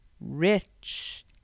Rich